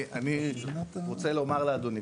אני רוצה לומר לאדוני.